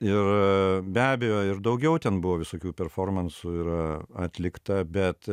ir be abejo ir daugiau ten buvo visokių performansų yra atlikta bet